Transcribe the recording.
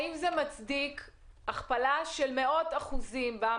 האם זה מצדיק הכפלה של מאות אחוזים בין